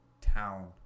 town